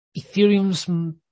Ethereum's